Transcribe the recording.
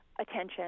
attention